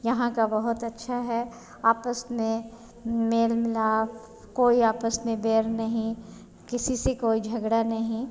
यहाँ का बहुत अच्छा है आपस में मेल मीलाप कोई आपस मे बैर नहीं किसी से कोई झगड़ा नहीं